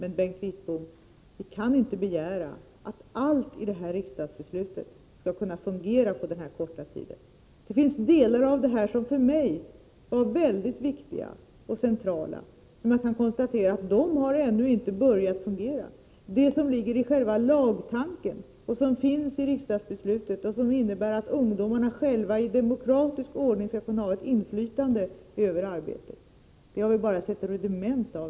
Vi kan inte, Bengt Wittbom, begära att allt i riksdagsbeslutet skall kunna fungera på denna korta tid. Jag kan konstatera att delar som för mig var mycket viktiga och centrala ännu inte har börjat fungera. Det som ligger i själva lagtanken och den del av riksdagsbeslutet som innebär att ungdomarna i demokratisk ordning skall kunna ha ett inflytande över arbetet har vi än så länge bara sett rudiment av.